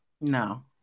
No